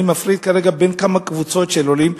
אני מפריד כרגע בין כמה קבוצות של עולים,